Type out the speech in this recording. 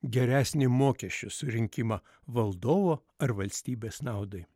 geresnį mokesčių surinkimą valdovo ar valstybės naudai